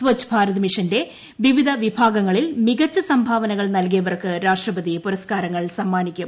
സ്വച്ഛ് ഭാരത് മിഷന്റെ വിവിധ വിഭാഗങ്ങളിൽ മികച്ച സംഭാവനകൾ നൽകിയവർക്ക് രാഷ്ട്രപതി പുരസ്കാരങ്ങൾ സമ്മാനിക്കും